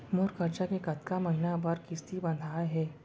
मोर करजा के कतका महीना बर किस्ती बंधाये हे?